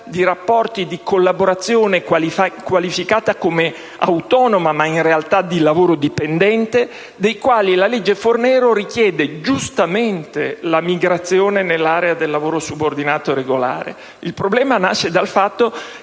rapporti di collaborazione qualificata come autonoma, ma in realtà di lavoro dipendente, dei quali la legge Fornero richiede giustamente la migrazione nell'area del lavoro subordinato regolare. Il problema nasce dal fatto